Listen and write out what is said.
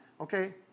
Okay